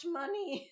money